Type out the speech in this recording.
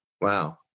Wow